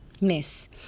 Miss